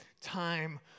time